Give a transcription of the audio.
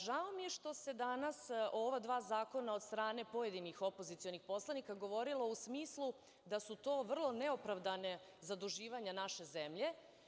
Žao mi je što se danas ova dva zakona od strane pojedinih opozicionih poslanika govorilo u smislu da su to vrlo neopravdana zaduživanja naše zemlje.